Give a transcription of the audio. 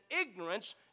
ignorance